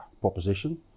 proposition